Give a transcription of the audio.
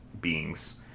beings